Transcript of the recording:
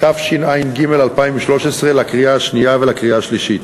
התשע"ג 2013, לקריאה השנייה ולקריאה השלישית.